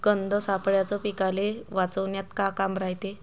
गंध सापळ्याचं पीकाले वाचवन्यात का काम रायते?